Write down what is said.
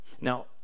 Now